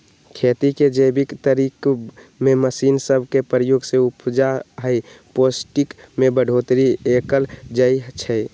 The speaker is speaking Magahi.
खेती के जैविक तरकिब में मशीन सब के प्रयोग से उपजा आऽ पौष्टिक में बढ़ोतरी कएल जाइ छइ